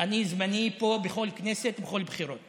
אני זמני פה בכל כנסת, בכל בחירות.